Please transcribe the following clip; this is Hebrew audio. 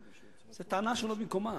זו טענה שאינה במקומה.